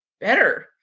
better